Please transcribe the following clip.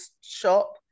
shop